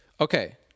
Okay